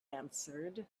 answered